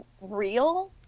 real